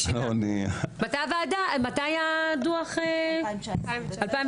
מתי הדו"ח 2019?